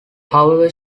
however